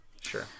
Sure